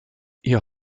ihr